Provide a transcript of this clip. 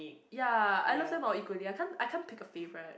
ya I love them all equally I can't I can't pick a favourite